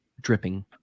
dripping